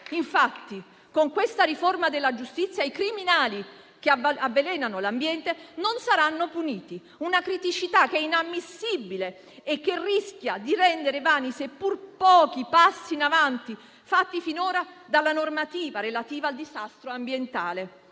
Infatti, con questa riforma della giustizia i criminali che avvelenano l'ambiente non saranno puniti. Una criticità inammissibile, che rischia di rendere vani i seppur pochi passi in avanti fatti finora dalla normativa relativa al disastro ambientale.